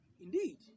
indeed